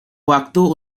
waktu